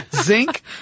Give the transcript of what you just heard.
Zinc